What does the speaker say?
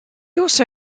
also